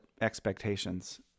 expectations